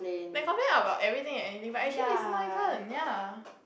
they complain about everything and anything but actually it's not even ya